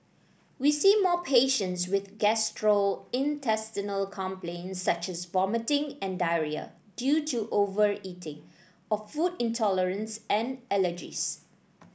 we see more patients with gastrointestinal complaints such as vomiting and diarrhoea due to overeating or food intolerance and allergies